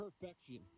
Perfection